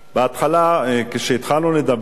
בהתחלה כשהתחלנו לדבר,